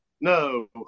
No